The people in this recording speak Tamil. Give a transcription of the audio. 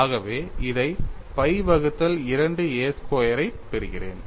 ஆகவே இதை pi வகுத்தல் 2 a ஸ்கொயராகப் பெறுகிறேன்